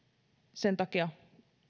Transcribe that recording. sen takia